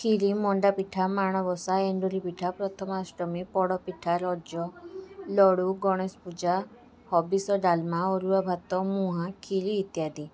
କ୍ଷୀରି ମଣ୍ଡାପିଠା ମାଣବସା ଏଣ୍ଡୁରି ପିଠା ପ୍ରଥମାଷ୍ଟମୀ ପୋଡ଼ପିଠା ରଜ ଲଡ଼ୁ ଗଣେଶପୂଜା ହବିଷ ଡ଼ାଲମା ଅରୁଆ ଭାତ ମୁଆଁ କ୍ଷୀରି ଇତ୍ୟାଦି